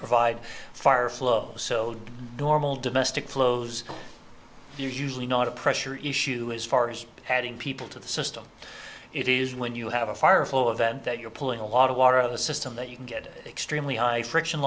provide fire flow so normal domestic flows are usually not a pressure issue as far as having people to the system it is when you have a fire flow event that you're pulling a lot of water on the system that you can get extremely high friction